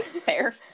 Fair